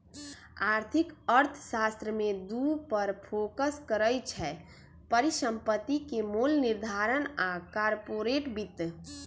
आर्थिक अर्थशास्त्र में दू पर फोकस करइ छै, परिसंपत्ति के मोल निर्धारण आऽ कारपोरेट वित्त